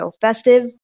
festive